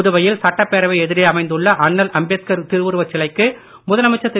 புதுவையில் சட்டப்பேரவை எதிரே அமைந்துள்ள அண்ணல் அம்பேத்கார் திருஉருவச் சிலைக்கு முதலமைச்சர் திரு